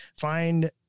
find